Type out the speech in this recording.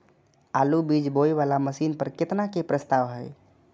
आलु बीज बोये वाला मशीन पर केतना के प्रस्ताव हय?